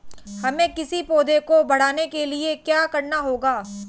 हमें किसी पौधे को बढ़ाने के लिये क्या करना होगा?